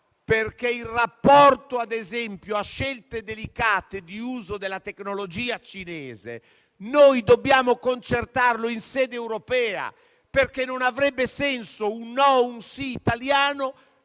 perché il rapporto con scelte delicate di uso della tecnologia cinese noi dobbiamo concertarlo in sede europea, perché non avrebbe senso un no o un sì italiano